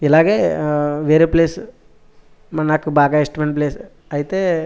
ఇలాగే వేరే ప్లేస్ మరి నాకు బాగా ఇష్టమయిన ప్లేసు అయితే